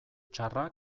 txarra